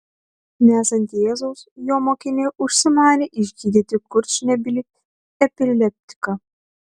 nesant jėzaus jo mokiniai užsimanė išgydyti kurčnebylį epileptiką